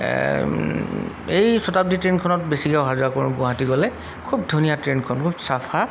এই শ্বটাব্দি ট্ৰেইনখনত বেছিকৈ অহা যোৱা কৰোঁ গুৱাহাটী গ'লে খুব ধুনীয়া ট্ৰেইনখন খুব চাফা